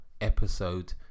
episode